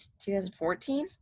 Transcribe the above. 2014